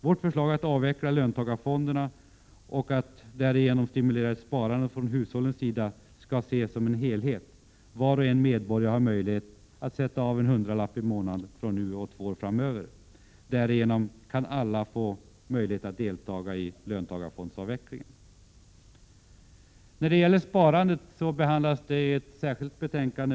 Vårt förslag om en avveckling av löntagarfonderna för att på det sättet stimulera hushållens sparande skall ses som en helhet. Varje medborgare skulle nämligen få möjlighet att sätta av en hundralapp i månaden fr.o.m. nu och två år framöver. Alla skulle få möjlighet att delta i löntagarfondsavvecklingen. Sparandet behandlas i ett särskilt betänkande.